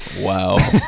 Wow